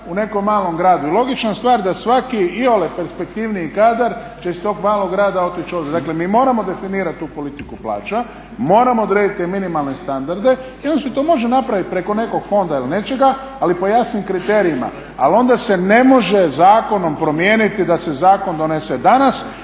u nekom malom gradu. I logična stvar da svaki iole perspektivniji kadar će iz tog malog grada otići. Dakle, mi moramo definirati tu politiku plaća, moramo odrediti te minimalne standarde i onda se to može napraviti preko nekog fonda ili nečega ali po jasnim kriterijima. Ali onda se ne može zakonom promijeniti da se zakon donese danas,